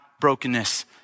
brokenness